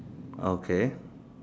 okay